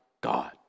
God